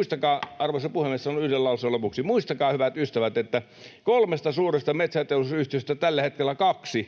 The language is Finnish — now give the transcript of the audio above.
— Arvoisa puhemies! Sanon yhden lauseen lopuksi. — Muistakaa, hyvät ystävät, että kolmesta suuresta metsäteollisuusyhtiöstä tällä hetkellä kahden